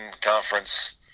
conference